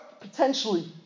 potentially